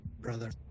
brother